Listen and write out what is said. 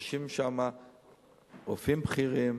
יושבים שם רופאים בכירים,